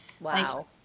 wow